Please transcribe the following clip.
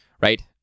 Right